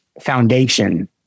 foundation